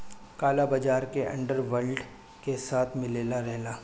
काला बाजार के अंडर वर्ल्ड के साथ मिलले रहला